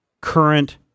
current